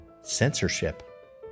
censorship